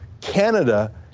Canada